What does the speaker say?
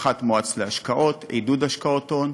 פחת מואץ להשקעות, עידוד השקעות הון,